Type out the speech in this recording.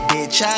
Bitch